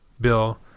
bill